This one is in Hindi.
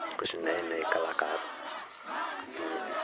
कुछ नए नये कलाकार अपने